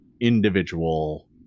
individual